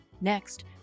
Next